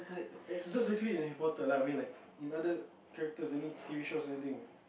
not exactly in Harry-Potter lah I mean like in other characters any T_V shows or anything